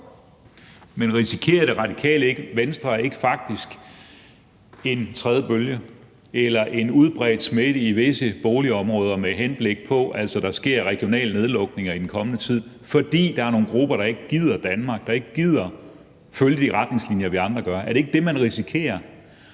Men risikerer Det Radikale Venstre faktisk ikke en tredje bølge eller en udbredt smitte i visse boligområder, så der sker regionale nedlukninger i den kommende tid, fordi der er nogle grupper, der ikke gider Danmark, og som ikke gider følge de retningslinjer, vi andre gør? Er det ikke det, man risikerer?